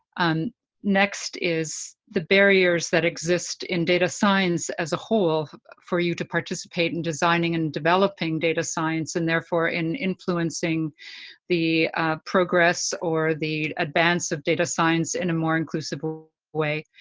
um next is the barriers that exist in data science as a whole for you to participate in designing and developing data science, and therefore, in influencing the progress or the advance of data science in a more inclusive way.